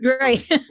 Right